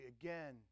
again